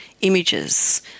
images